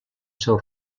seu